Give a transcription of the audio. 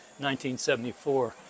1974